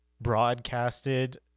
broadcasted